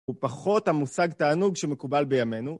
הוא פחות המושג תענוג שמקובל בימינו.